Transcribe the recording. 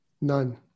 None